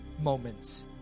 moments